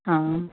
हा